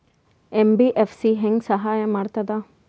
MBFC ಹೆಂಗ್ ಸಹಾಯ ಮಾಡ್ತದ?